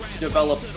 develop